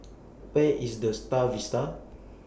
Where IS The STAR Vista